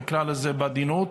נקרא לזה בעדינות,